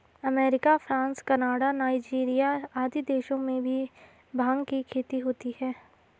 America, France, Canada, Nigeria आदि देशों में भी भाँग की खेती होती है